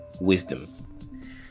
wisdom